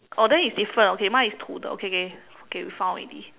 oh then it's different okay mine is to the okay okay okay we found already